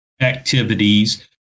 activities